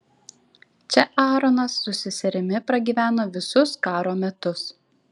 čia aaronas su seserimi pragyveno visus karo metus